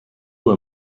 were